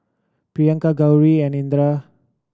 Priyanka Gauri and Indira